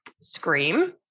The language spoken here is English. Scream